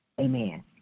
Amen